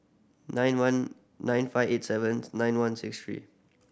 nine one nine five eight seven nine one six three